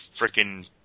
freaking